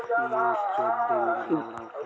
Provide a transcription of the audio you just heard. बीमा का बैंक से भी हो जाथे का?